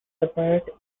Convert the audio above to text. separate